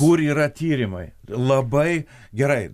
kur yra tyrimai labai gerai